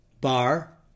bar